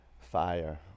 fire